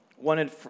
wanted